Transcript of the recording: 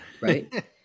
Right